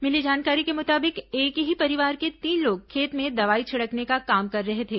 मिली जानकारी के मुताबिक एक ही परिवार के तीन लोग खेत में दवाई छिड़कने का काम कर रहे थे